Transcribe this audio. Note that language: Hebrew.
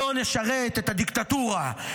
לא נשרת את הדיקטטורה,